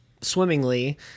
swimmingly